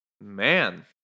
Man